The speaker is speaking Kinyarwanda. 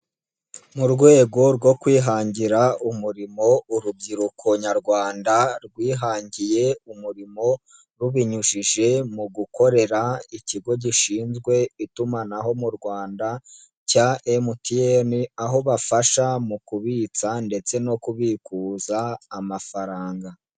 Mu rwego rwo kwihangira umurimo, urubyiruko nyarwanda rwihangiye umurimo rubinyujije mu gukorera ikigo gishinzwe itumanaho mu Rwanda cya MTN, aho bafasha mu kubitsa ndetse no kubikuza amafaranga.